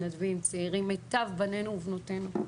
מתנדבים צעירים, מיטב בנינו ובנותינו,